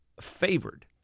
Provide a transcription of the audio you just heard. favored